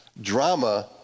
drama